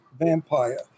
vampire